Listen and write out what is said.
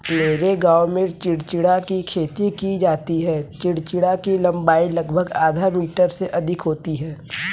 मेरे गांव में चिचिण्डा की खेती की जाती है चिचिण्डा की लंबाई लगभग आधा मीटर से अधिक होती है